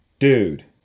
Dude